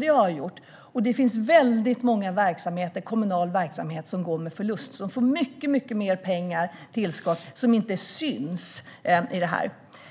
Det har jag gjort, och det finns väldigt många kommunala verksamheter som går med förlust. De får mycket mer pengar i form av tillskott som inte syns i detta.